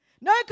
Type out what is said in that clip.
No